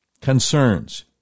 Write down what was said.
concerns